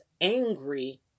angry